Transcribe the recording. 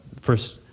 first